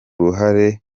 ruhererekane